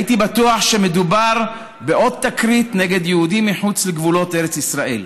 הייתי בטוח שמדובר בעוד תקרית נגד יהודים מחוץ לגבולות ארץ ישראל,